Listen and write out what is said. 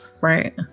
Right